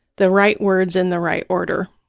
the right words in the right order.